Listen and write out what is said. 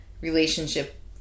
relationship